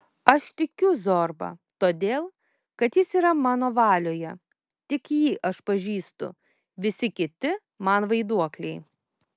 aš tikiu zorba todėl kad jis yra mano valioje tik jį aš pažįstu visi kiti man vaiduokliai